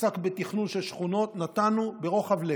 עסק בתכנון של שכונות, נתנו ברוחב לב.